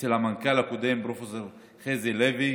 אצל המנכ"ל הקודם, פרופ' חזי לוי.